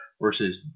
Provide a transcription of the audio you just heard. versus